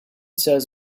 says